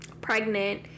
pregnant